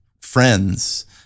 friends